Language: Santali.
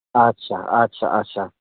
ᱟᱪ ᱪᱷᱟ ᱟᱪ ᱪᱷᱟ ᱟᱪ ᱪᱷᱟ